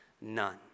none